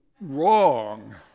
wrong